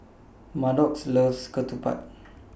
Maddox loves Ketupat